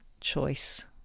choice